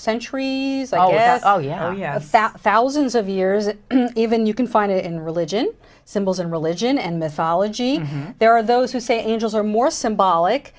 century oh yeah oh yeah south thousands of years even you can find it in religion symbols and religion and mythology there are those who say angels are more symbolic